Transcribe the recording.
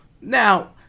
Now